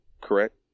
Correct